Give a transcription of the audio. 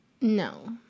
No